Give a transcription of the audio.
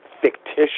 fictitious